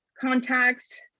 contacts